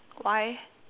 why